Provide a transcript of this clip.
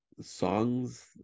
songs